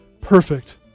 perfect